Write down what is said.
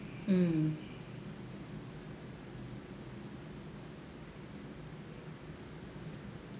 mm